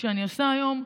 שאני עושה היום.